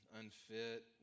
unfit